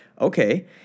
okay